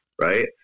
Right